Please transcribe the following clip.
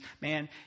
man